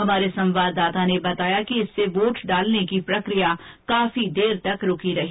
हमारे संवाददाता ने बताया कि इससे वोट डालने की प्रक्रिया काफी देर तक रूकी रही